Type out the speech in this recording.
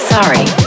Sorry